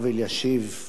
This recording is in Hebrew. הרב אלישיב,